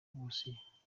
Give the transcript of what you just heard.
burusiya